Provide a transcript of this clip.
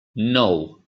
nou